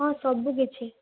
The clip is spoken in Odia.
ହଁ ସବୁ କିଛି